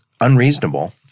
unreasonable